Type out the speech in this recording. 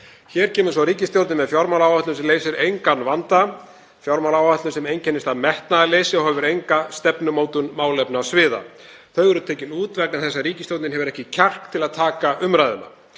Hér kemur svo ríkisstjórnin með fjármálaáætlun sem leysir engan vanda, fjármálaáætlun sem einkennist af metnaðarleysi og hefur enga stefnumótun málefnasviða. Þau eru tekin út vegna þess að ríkisstjórnin hefur ekki kjark til að taka umræðu